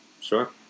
Sure